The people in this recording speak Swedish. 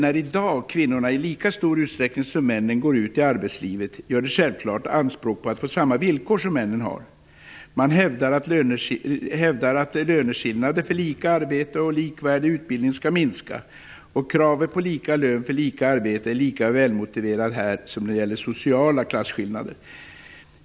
I dag när kvinnorna i lika stor utsträckning som männen går ut i arbetslivet, gör de självklart anspråk på att få samma villkor som männen har. Man hävdar att löneskillnader för lika arbete och likvärdig utbildning skall minska. Kravet på lika lön för lika arbete är lika välmotiverat här som när det gäller sociala klasskillnader.